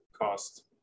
cost